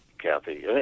Kathy